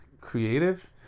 creative